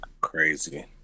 Crazy